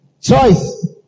choice